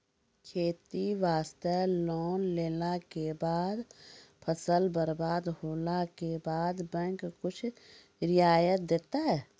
खेती वास्ते लोन लेला के बाद फसल बर्बाद होला के बाद बैंक कुछ रियायत देतै?